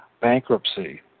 bankruptcy